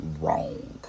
wrong